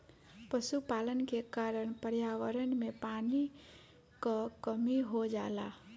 पशुपालन के कारण पर्यावरण में पानी क कमी हो जाला